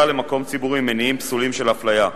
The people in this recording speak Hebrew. למקום ציבורי ממניעים פסולים של הפליה.